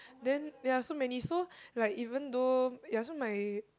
then ya so many so like even though ya so my